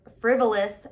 frivolous